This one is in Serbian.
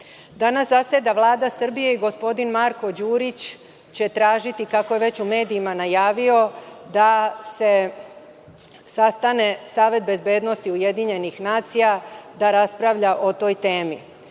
temi? Danas zaseda Vlada Srbije i gospodin Marko Đurić će tražiti, kako je već u medijima najavio, da se sastane Savet bezbednosti UN da raspravlja o toj temi.